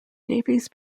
davies